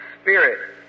spirit